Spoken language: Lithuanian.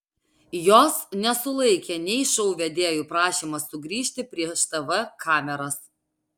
jos nesulaikė nei šou vedėjų prašymas sugrįžti prieš tv kameras